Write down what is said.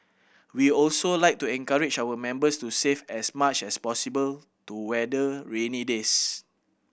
we also like to encourage our members to save as much as possible to weather rainy days